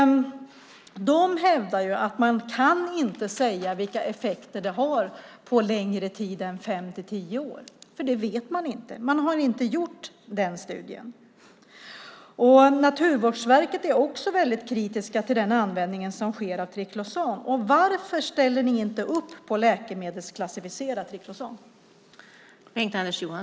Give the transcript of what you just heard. De hävdar att man inte kan säga vilka effekter det har på längre tid än 5-10 år. Det vet man inte eftersom den studien inte har gjorts. Naturvårdsverket är mycket kritiskt till användningen av triklosan. Varför ställer ni inte upp på att läkemedelsklassificera triklosan?